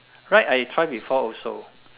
Ryde I try before also